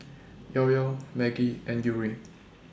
Llao Llao Maggi and Yuri